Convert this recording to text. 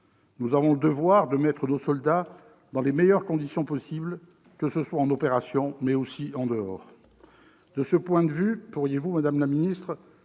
Nous avons le devoir de mettre nos soldats dans les meilleures conditions possibles, que ce soit en opération mais aussi en dehors. De ce point de vue, pourriez-vous, madame la ministre,